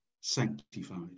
sanctified